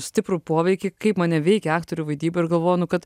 stiprų poveikį kaip mane veikia aktorių vaidyba ir galvoju nu kad